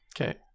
Okay